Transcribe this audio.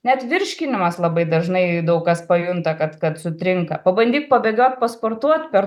net virškinimas labai dažnai daug kas pajunta kad kad sutrinka pabandyk pabėgiot pasportuot per